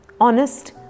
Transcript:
Honest